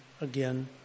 again